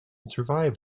survive